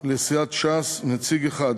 לסיעת ש"ס, נציג אחד,